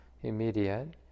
immediate